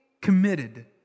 committed